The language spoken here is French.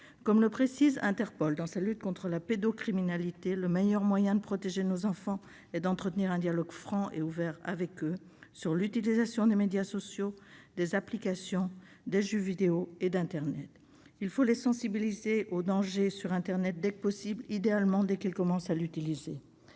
Comme le précise Interpol, en matière de lutte contre la pédocriminalité, le meilleur moyen de protéger nos enfants est d'entretenir un dialogue franc et ouvert avec eux sur l'utilisation des médias sociaux, des applications, des jeux vidéo et d'internet. Il faut les sensibiliser aux dangers d'internet dès que possible, idéalement dès qu'ils commencent à le